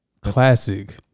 classic